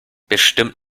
bestimmt